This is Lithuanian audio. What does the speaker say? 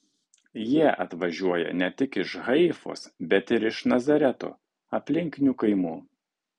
jie atvažiuoja ne tik iš haifos bet ir iš nazareto aplinkinių kaimų